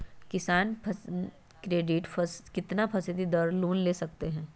किसान credit card कितना फीसदी दर पर लोन ले सकते हैं?